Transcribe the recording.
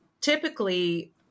typically